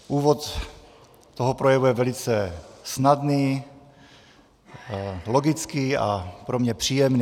Úvod toho projevu je velice snadný, logický a pro mě příjemný.